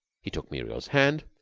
he took muriel's hand.